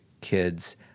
kids